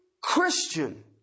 Christian